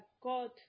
God